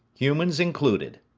humans included.